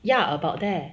ya about there